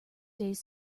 days